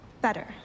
Better